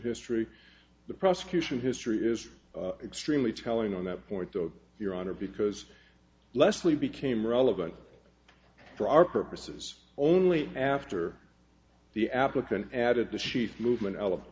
history the prosecution history is extremely telling on that point your honor because leslie became relevant for our purposes only after the applicant added the chief movement el